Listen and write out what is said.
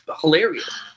hilarious